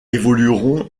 évolueront